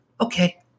Okay